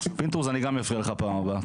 פינדרוס, אני גם אפריע לך בפעם הבאה.